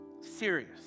Serious